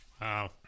Wow